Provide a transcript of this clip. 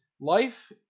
life